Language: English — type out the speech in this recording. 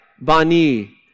Bani